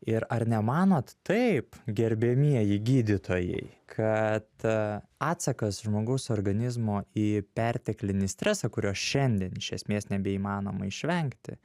ir ar nemanot taip gerbiamieji gydytojai kad atsakas žmogaus organizmo į perteklinį stresą kurio šiandien iš esmės nebeįmanoma išvengti